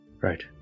Right